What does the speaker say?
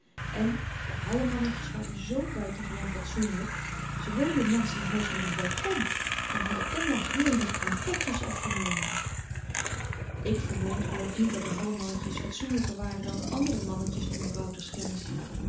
en de hallemannetjes waren zoo buitengewoon fatsoenlyk ze woonden naast n huis met n balkon en hadden onlangs heel lief hun petjes afgenomen ik voor my geloof niet dat de hallemannetjes fatsoenlyker waren dan de andere mannetjes onder wouters kennissen